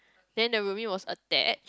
then the roomie was attached